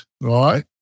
right